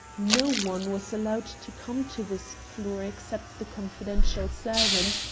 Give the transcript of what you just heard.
no one was allowed to come to this floor except the confidential servant,